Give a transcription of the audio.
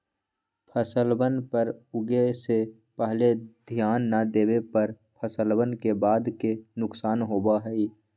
फसलवन पर उगे से पहले ध्यान ना देवे पर फसलवन के बाद के नुकसान होबा हई